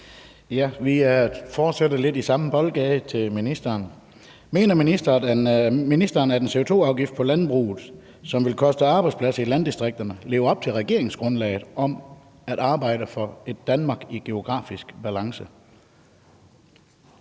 Kenneth Fredslund Petersen (DD): Mener ministeren, at en CO2-afgift på landbruget, som vil koste arbejdspladser i landdistrikterne, lever op til regeringsgrundlaget om »at arbejde for et Danmark i geografisk balance«?